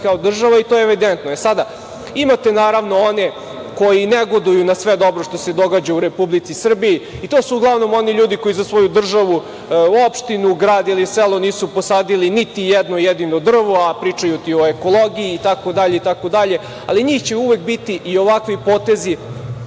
kao država, i to je evidentno. Imate, naravno, one koji negoduju na sve dobro što se događa u Republici Srbiji, i to su uglavnom oni ljudi koji za svoju državu, opštinu, grad ili selo nisu posadili niti jedno jedino drvo, a pričaju ti o ekologiji itd, itd, ali njih će uvek biti i ovakvi potezi